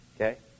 Okay